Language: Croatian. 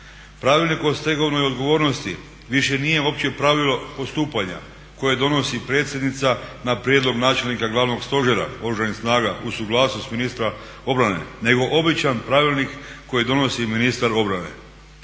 Pravilnik o stegovnoj odgovornosti više nije opće pravilo postupanja koje donosi predsjednica na prijedlog načelnika Glavnog stožera Oružanih snaga uz suglasnost ministra obrane nego običan Pravilnik kojeg donosi ministar obrane.